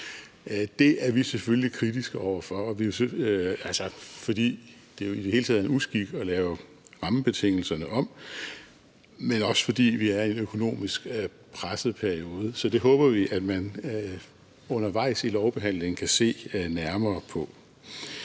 Det er vi selvfølgelig kritiske over for, for det er jo i det hele taget en uskik at lave rammebetingelserne om, men det er også, fordi vi er i en økonomisk presset periode. Så det håber vi at man undervejs i lovbehandlingen kan se nærmere på.